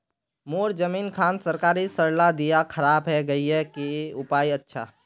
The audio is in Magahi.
मोर जमीन खान सरकारी सरला दीया खराब है गहिये की उपाय अच्छा?